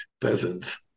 Peasants